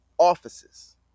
Offices